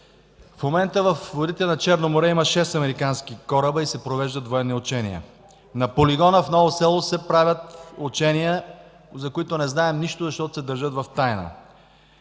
В момента във водите на Черно море има шест американски кораба и се провеждат военни учения. На полигона в Ново село се правят учения, за които не знаем нищо, защото се държат в тайна.